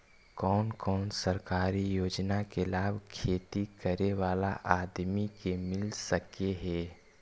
कोन कोन सरकारी योजना के लाभ खेती करे बाला आदमी के मिल सके हे?